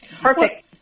Perfect